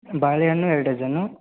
ಬಾಳೆಹಣ್ಣು ಎರಡು ಡಜನು